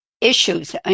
issues